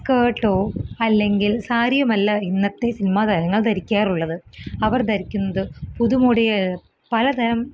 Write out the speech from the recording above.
സ്കേട്ടോ അല്ലെങ്കില് സാരിയുമല്ല ഇന്നത്തെ സിനിമാ താരങ്ങള് ധരിക്കാറുള്ളത് അവര് ധരിക്കുന്നത് പുതുമോഡിയെ പലതരം